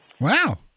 Wow